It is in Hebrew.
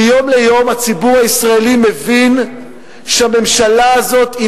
מיום ליום הציבור הישראלי מבין שהממשלה הזאת היא